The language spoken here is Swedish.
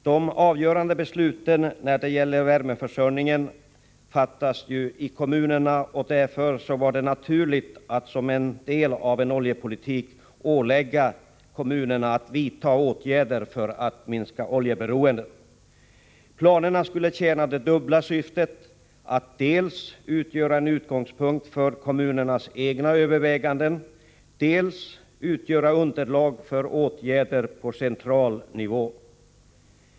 De avgörande besluten när det gäller värmeförsörjningen fattas i kommunerna, och därför var det naturligt att som en del av en oljepolitik ålägga kommunerna att vidta åtgärder för att minska oljeberoendet. Planerna skulle tjäna det dubbla syftet att dels utgöra en utgångspunkt för kommunernas egna överväganden, dels utgöra underlag för åtgärder på central nivå.